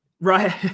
Right